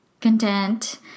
content